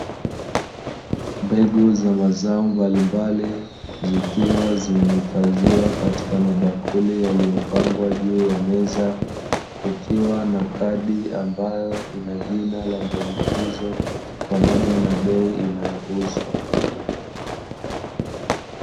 Mbegu za mazao mbali mbali zikiwa zimehifadhiwa katika mabakuli yaliyopangwa juu ya meza ,kukiwa na kadi ambayo ina jina la mbegu hizo pamoja na bei inayouzwa.